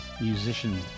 musician